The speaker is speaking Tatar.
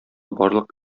барлык